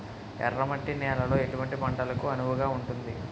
ఎర్ర మట్టి నేలలో ఎటువంటి పంటలకు అనువుగా ఉంటుంది?